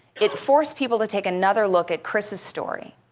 it forced people to take another look at chris' story.